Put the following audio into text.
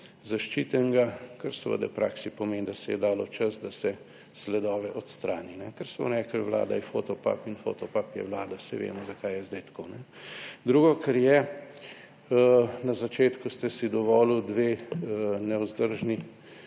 zaščitenega, kar seveda v praksi pomeni, da se je dalo čas, da se sledove odstrani. Ker so rekli, vlada je Fotopub in Fotopub je vlada, saj vemo, zakaj je zdaj tako. Drugo, kar je. Na začetku ste si dovolil dve nevzdržni